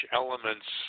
elements